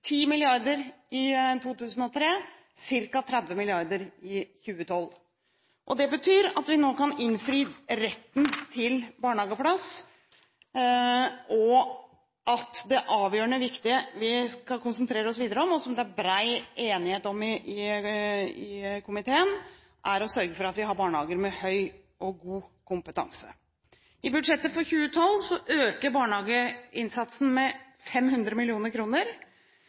i 2003, og ca. 30 mrd. kr i 2012. Det betyr at vi nå kan innfri retten til barnehageplass, og at det avgjørende viktige som vi skal konsentrere oss videre om, og som det er bred enighet i komiteen om, er å sørge for at vi har barnehager med høy og god kompetanse. I budsjettet for 2012 øker barnehageinnsatsen med 500